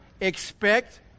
Expect